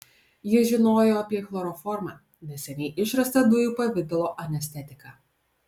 jis žinojo apie chloroformą neseniai išrastą dujų pavidalo anestetiką